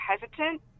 hesitant